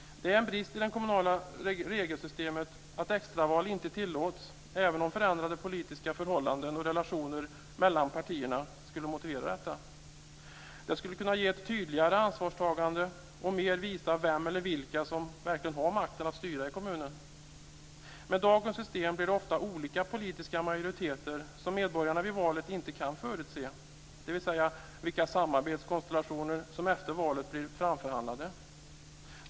Det är en brist i det kommunala regelsystemet att extraval inte tillåts även om förändrade politiska förhållanden och relationer mellan partierna skulle motivera detta. Det skulle kunna ge ett tydligare ansvarstagande och mer visa vem eller vilka som verkligen har makten att styra i kommunen. Med dagens system blir det ofta olika politiska majoriteter som medborgarna inte kan förutse vid valet. Det går inte att förutse vilka samarbetskonstellationer som blir framförhandlade efter valet.